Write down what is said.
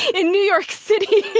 in new york city,